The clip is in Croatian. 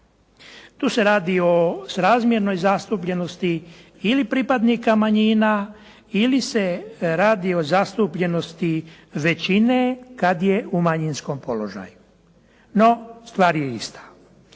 Tu se radi o srazmjernoj zastupljenosti ili pripadnika manjina ili se radi o zastupljenosti većine kad je u manjinskom položaju, no stvar je ista.